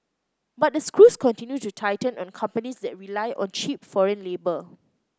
but the screws continue to tighten on companies that rely on cheap foreign labour